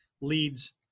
leads